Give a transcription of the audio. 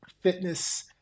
fitness